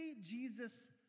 Jesus